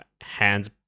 hands